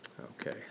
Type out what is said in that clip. Okay